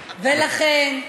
ולכן,